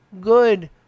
good